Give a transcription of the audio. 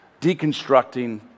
deconstructing